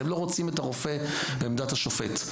אתם לא רוצים את הרופא בעמדת השופט.